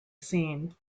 seen